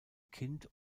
kind